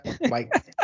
Mike